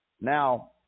now